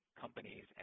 companies